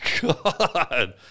God